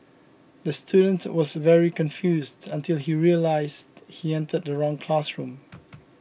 the student was very confused until he realised he entered the wrong classroom